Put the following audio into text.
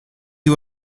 you